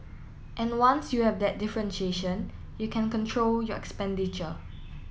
and once you have that differentiation you can control your expenditure